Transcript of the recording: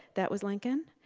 that was lincoln.